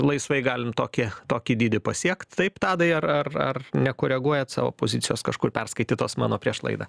laisvai galim tokį tokį dydį pasiekt taip tadai ar ar nekoreguojat savo pozicijos kažkur perskaitytos mano prieš laidą